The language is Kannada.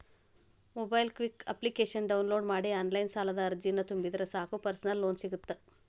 ಮೊಬೈಕ್ವಿಕ್ ಅಪ್ಲಿಕೇಶನ ಡೌನ್ಲೋಡ್ ಮಾಡಿ ಆನ್ಲೈನ್ ಸಾಲದ ಅರ್ಜಿನ ತುಂಬಿದ್ರ ಸಾಕ್ ಪರ್ಸನಲ್ ಲೋನ್ ಸಿಗತ್ತ